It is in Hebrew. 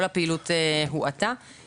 כל הפעילות הואטה,